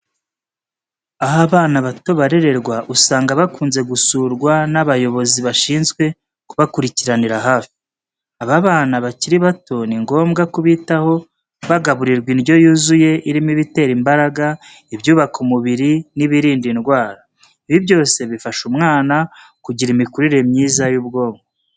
Aho abana bato barererwa usanga bakunze gusurwa n'abayobozi bashinzwe kubakurikiranira hafi. Aba bana bakiri bato ni ngombwa kubitaho bagaburirwa indyo yuzuye irimo ibitera imbaraga, ibyubaka umubiri n'ibirinda indwara. Ibi byose bifasha umwana kugira imikurire myiza y'ubwonko.